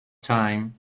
time